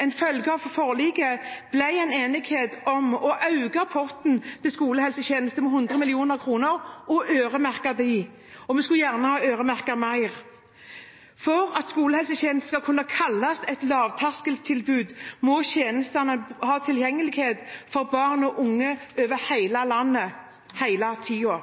en følge av forliket ble enighet om å øke potten til skolehelsetjenesten med 100 mill. kr og øremerke pengene. Vi skulle gjerne ha øremerket mer. For at skolehelsetjenesten skal kunne kalles et lavterskeltilbud, må tjenesten bli tilgjengelig for barn og unge over hele landet – hele